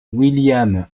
william